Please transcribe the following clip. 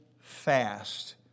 fast